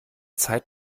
zeit